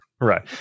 Right